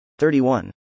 31